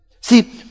See